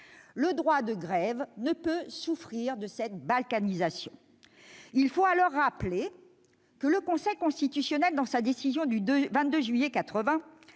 Le droit de grève ne peut souffrir cette « balkanisation ». Il faut rappeler que le Conseil constitutionnel, dans sa décision du 22 juillet 1980,